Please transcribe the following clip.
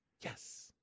Yes